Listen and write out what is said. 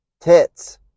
Tits